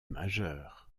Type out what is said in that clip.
majeures